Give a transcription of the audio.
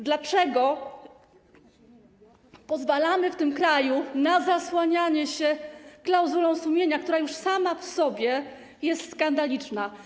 Dlaczego pozwalamy w tym kraju na zasłanianie się klauzulą sumienia, która już sama w sobie jest skandaliczna?